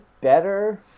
better